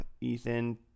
Ethan